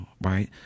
right